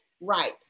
right